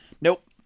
Nope